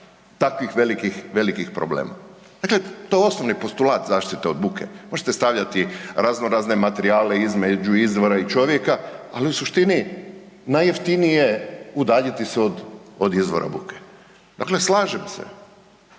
velikih, velikih problema. Dakle, to je osnovni postulat zaštite od buke. Možete stavljati razno razne materijale između izvora i čovjeka, ali u suštini najjeftinije je udaljiti se od izvora buke. Dakle, slažem se,